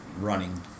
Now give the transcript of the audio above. running